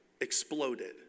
exploded